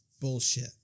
bullshit